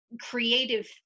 creative